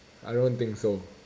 I don't think so